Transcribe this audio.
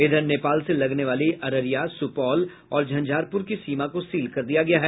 इधर नेपाल से लगने वाली अररिया सुपौल और झंझारपुर की सीमा को सील कर दिया गया है